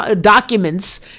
documents